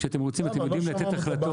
כשאתם רוצים אתם יודעים לתת החלטות